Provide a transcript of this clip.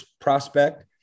prospect